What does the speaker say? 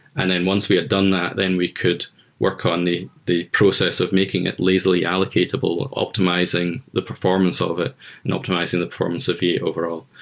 and then once we had done that, then we could work on the the process of making it lazily allocatable or optimizing the performance of it and optimizing the performance of v eight overall.